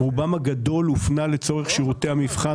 רובם הגדול הופנה לצורך שירותי המבחן,